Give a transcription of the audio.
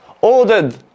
ordered